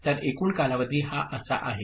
तर एकूण कालावधी हा असा आहे